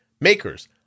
makers